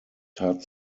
tat